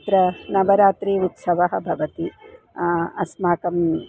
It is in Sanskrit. अत्र नवरात्रि उत्सवः भवति अस्माकम्